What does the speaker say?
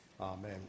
Amen